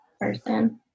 person